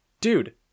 Dude